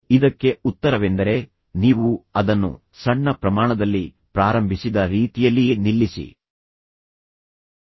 ಇದಕ್ಕೆ ಉತ್ತರವೆಂದರೆ ನೀವು ಅದನ್ನು ಸಣ್ಣ ಪ್ರಮಾಣದಲ್ಲಿ ಪ್ರಾರಂಭಿಸಿದ ರೀತಿಯಲ್ಲಿಯೇ ನಿಲ್ಲಿಸಿ ನೀವು ಕೆಟ್ಟ ಅಭ್ಯಾಸವನ್ನು ಹೇಗೆ ಪ್ರಾರಂಭಿಸಿದ್ದೀರಿ ಎಂಬುದನ್ನು ನೆನಪಿನಲ್ಲಿಡಿ